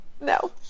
No